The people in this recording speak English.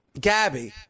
Gabby